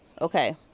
Okay